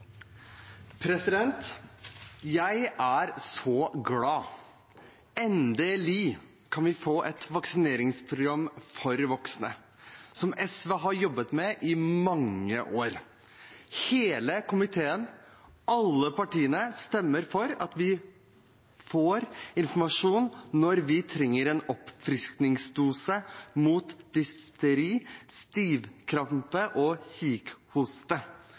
innstillinga. Jeg er så glad. Endelig kan vi få et vaksineringsprogram for voksne, noe SV har jobbet med i mange år. Hele komiteen, alle partiene, stemmer for at vi får informasjon når vi trenger en oppfriskningsdose mot difteri, stivkrampe og kikhoste.